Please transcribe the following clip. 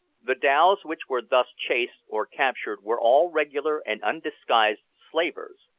the dhows which were thus chased or captured were all regular and undisguised slavers.